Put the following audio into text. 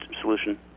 solution